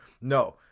No